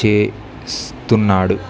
చేస్తున్నాడు